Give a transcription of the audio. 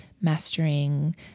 mastering